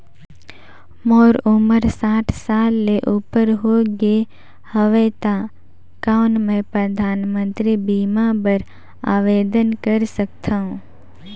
मोर उमर साठ साल ले उपर हो गे हवय त कौन मैं परधानमंतरी बीमा बर आवेदन कर सकथव?